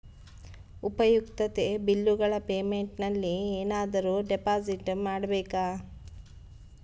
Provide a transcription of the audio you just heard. ಉಪಯುಕ್ತತೆ ಬಿಲ್ಲುಗಳ ಪೇಮೆಂಟ್ ನಲ್ಲಿ ಏನಾದರೂ ಡಿಪಾಸಿಟ್ ಮಾಡಬೇಕಾ?